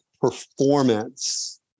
performance